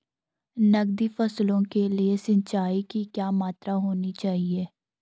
नकदी फसलों के लिए सिंचाई की क्या मात्रा होनी चाहिए?